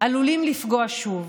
עלולים לפגוע שוב.